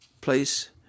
place